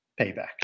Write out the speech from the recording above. payback